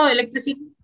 Electricity